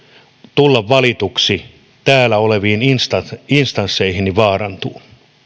tulla valituksi täällä oleviin instansseihin instansseihin vaarantuu